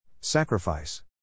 Sacrifice